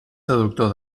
traductor